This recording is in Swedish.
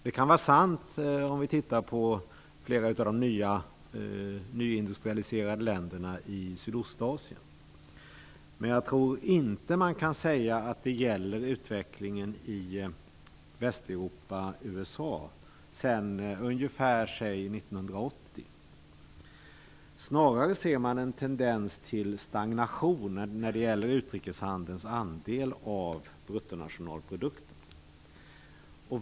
Det kan vara sant om vi tittar på flera av de nyindustrialiserade länderna i Sydostasien, men jag tror inte att man kan säga att det gäller utvecklingen i Västeuropa och USA sedan ungefär 1980. Snarare ser man en tendens till stagnation när det gäller utrikeshandelns andel av bruttonationalprodukten.